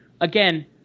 again